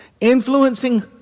Influencing